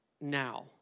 now